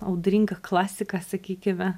audringa klasika sakykime